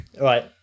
right